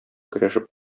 көрәшеп